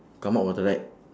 come out water right